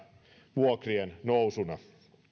vuokrien nousuna